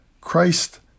Christ